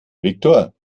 viktor